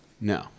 No